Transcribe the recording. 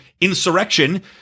insurrection